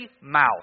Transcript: mouth